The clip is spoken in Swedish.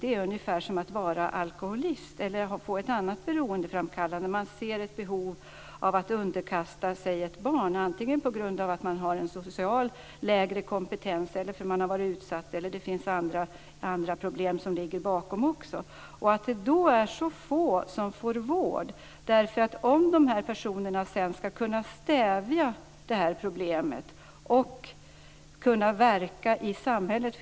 Det är ungefär som att vara alkoholist eller ha ett annat beroende. Man har ett behov av att se ett barn underkasta sig antingen på grund av att man har en socialt låg kompetens eller på grund av att man har varit utsatt. Det finns också andra problem som kan ligga bakom. Att det är så få som får vård är allvarligt om vi vill att dessa personer skall kunna stävja problemet och verka i samhället.